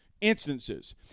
instances